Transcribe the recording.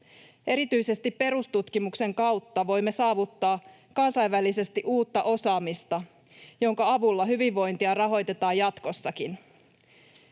Erityisesti perustutkimuksen kautta voimme saavuttaa kansainvälisesti uutta osaamista, jonka avulla hyvinvointia rahoitetaan jatkossakin.